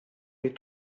les